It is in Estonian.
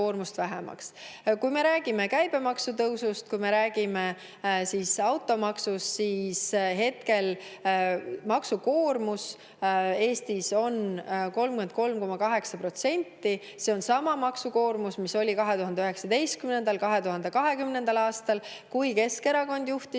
Kui me räägime käibemaksu tõusust, kui me räägime automaksust, siis [tuleb öelda, et] maksukoormus on Eestis 33,8%. See on sama maksukoormus, mis oli 2019. ja 2020. aastal, kui Keskerakond valitsust